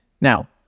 now